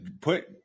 put